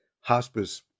hospice